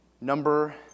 Number